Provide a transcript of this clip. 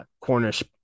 Cornish